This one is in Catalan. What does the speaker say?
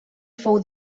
fou